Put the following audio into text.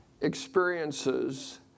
experiences